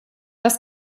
das